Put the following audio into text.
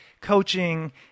coaching